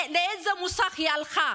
לאיזה מוסך היא הלכה?